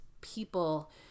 people